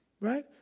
Right